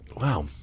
wow